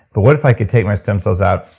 but what if i could take my stem cells out?